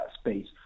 space